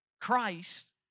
Christ